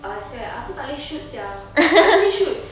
ah I swear aku tak boleh shoot [sial] aku tak boleh shoot